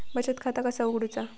बचत खाता कसा उघडूचा?